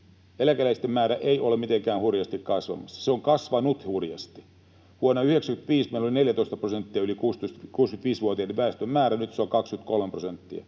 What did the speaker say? eläkeläisten määrä ei ole mitenkään hurjasti kasvamassa. Se on kasvanut hurjasti. Vuonna 1995 meillä oli 14 prosenttia yli 65-vuotiaiden väestön määrä, nyt se on 23 prosenttia.